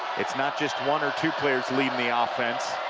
it's not just one or two players leading the ah offense.